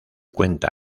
cuenta